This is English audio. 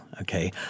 Okay